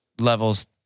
levels